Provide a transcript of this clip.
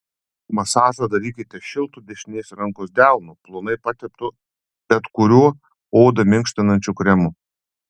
masažą darykite šiltu dešinės rankos delnu plonai pateptu bet kuriuo odą minkštinančiu kremu